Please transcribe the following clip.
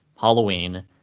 Halloween